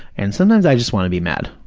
and sometimes i just want to be mad.